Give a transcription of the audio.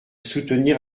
soutenir